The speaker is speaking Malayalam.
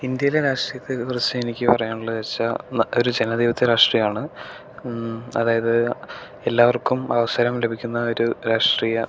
ഇന്ത്യയിലെ രാഷ്ട്രീയത്തെ കുറിച്ച് എനിക്ക് പറയാനുള്ളതെന്ന് വെച്ചാൽ ഒരു ജനാധിപത്യ രാഷ്ട്രീയമാണ് അതായത് എല്ലാവർക്കും അവസരം ലഭിക്കുന്ന ഒരു രാഷ്ട്രീയ